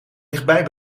dichtbij